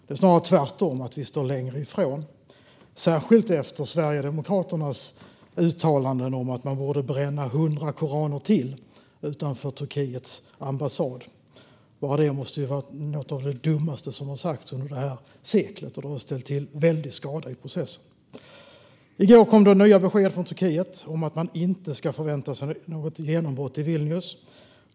Det är snarare tvärtom - att vi står längre ifrån - särskilt efter Sverigedemokraternas uttalanden om att man borde bränna 100 koraner till utanför Turkiets ambassad. Bara det måste vara något av det dummaste som har sagts under det här seklet, och det har ställt till en väldig skada i processen. I går kom det nya besked från Turkiet om att man inte ska förvänta sig något genombrott i Vilnius.